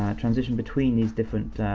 transition between these different,